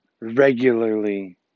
regularly